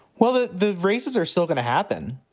well, the the races are still going to happen.